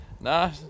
nah